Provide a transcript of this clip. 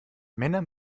männer